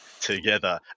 together